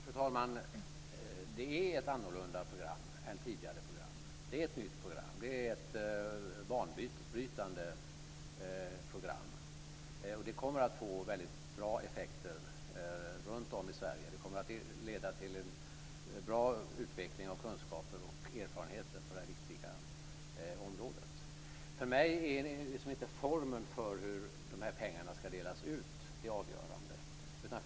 Fru talman! Det är ett annorlunda program än tidigare program. Det är ett nytt program, och det är ett banbrytande program. Det kommer att få väldigt bra effekter runtom i Sverige. Det kommer att leda till en bra utveckling av kunskaper och erfarenheter på detta viktiga område. För mig är inte formen för hur pengarna ska delas ut det avgörande.